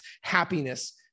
happiness